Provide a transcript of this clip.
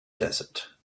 desert